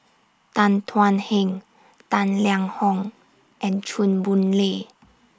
Tan Thuan Heng Tang Liang Hong and Chew Boon Lay